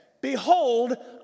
Behold